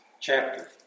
chapter